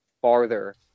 farther